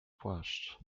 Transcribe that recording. płaszcz